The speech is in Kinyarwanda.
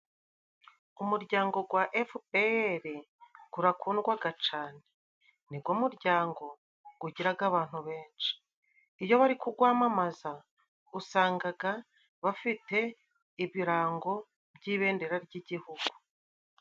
Umuryango gwa efupeyeri gurakundwaga cane. Nigo muryango gugiraga abantu benshi. Iyo bari kugwamamaza usangaga bafite ibirango by'ibendera ry'igihugu.